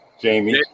Jamie